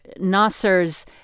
Nasser's